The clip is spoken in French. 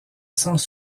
sans